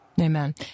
Amen